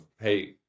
hey